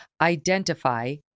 identify